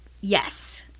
yes